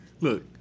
Look